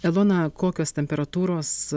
elona kokios temperatūros